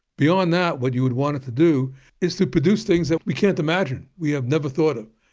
beyond that what you would want it to do is to produce things that we can't imagine, we have never thought of.